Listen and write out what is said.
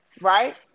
right